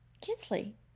kinsley